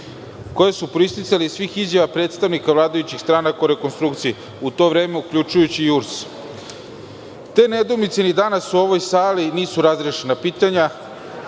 koje su proisticale iz svih izjava predstavnika vladajućih stranaka u rekonstrukciji, u to vreme, uključujući i URS. Te nedoumice i danas u ovoj sali nisu razrešena pitanja